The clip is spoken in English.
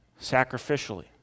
sacrificially